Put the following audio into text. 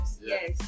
Yes